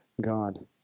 God